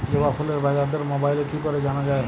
জবা ফুলের বাজার দর মোবাইলে কি করে জানা যায়?